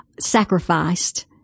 sacrificed